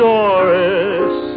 Doris